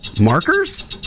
markers